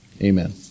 Amen